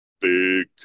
Big